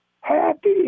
Happy